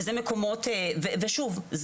שוב,